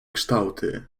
kształty